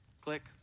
click